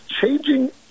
changing